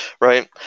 right